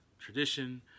tradition